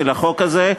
של החוק הזה,